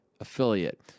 affiliate